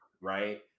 Right